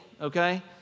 okay